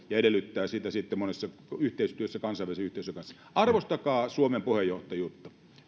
ja se edellyttää sitä sitten monenlaisessa yhteistyössä kansainvälisen yhteisön kanssa arvostakaa suomen puheenjohtajuutta